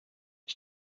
ich